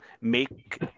make